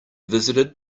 visited